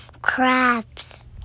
Crabs